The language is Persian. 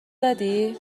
زدی